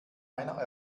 einer